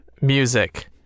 Music